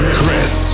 Chris